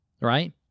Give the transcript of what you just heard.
right